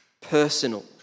personal